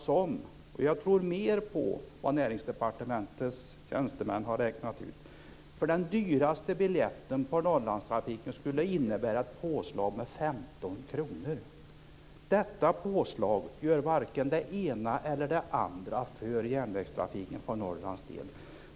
Där tror jag mer på vad Näringsdepartementets tjänstemän har räknat ut, nämligen att för den dyraste biljetten på Norrlandstrafiken skulle det innebära ett påslag med 15 kr. Detta påslag gör varken det ena eller det andra för järnvägstrafiken för Norrlands del.